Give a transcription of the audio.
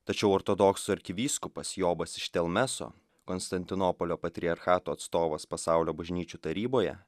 tačiau ortodoksų arkivyskupas jobas iš telmeso konstantinopolio patriarchato atstovas pasaulio bažnyčių taryboje